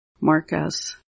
Marcus